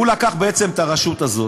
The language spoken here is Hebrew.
הוא לקח את הרשות הזאת,